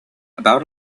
about